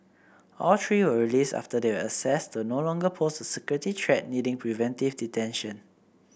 all three were released after they were assessed to no longer pose a security threat needing preventive detention